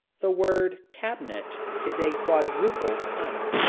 the word cabinet is a quadruple pun.